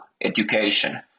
education